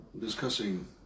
discussing